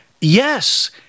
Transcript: Yes